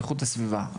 איכות הסביבה,